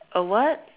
a what